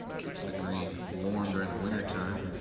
keeps the green warm. during the winter time.